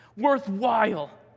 worthwhile